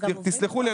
תסלחו לי,